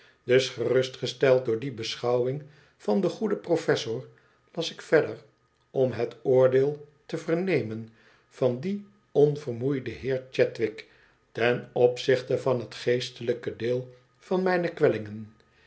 dus gerustgesteld door die beschouwing van den goeden professor las ik verder om het oordeel te vernemen van dien on vermoei den heer chadwick ten opzichte van het geestelijke deel van mijne kwellingen